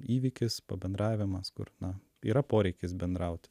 įvykis pabendravimas kur na yra poreikis bendrauti